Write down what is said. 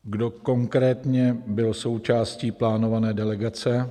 Kdo konkrétně byl součástí plánované delegace?